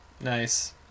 Nice